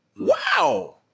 wow